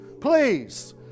Please